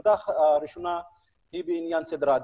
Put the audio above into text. הנקודה הראשונה היא בעניין סדר העדיפויות.